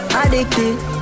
addicted